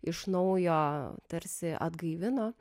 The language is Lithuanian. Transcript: iš naujo tarsi atgaivino